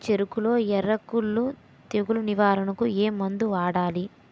చెఱకులో ఎర్రకుళ్ళు తెగులు నివారణకు ఏ మందు వాడాలి?